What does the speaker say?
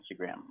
Instagram